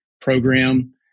program